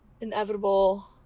inevitable